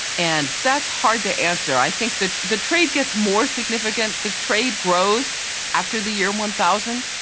and that's hard to answer. i think that the trade gets more significant, the trade grows after the year one thousand.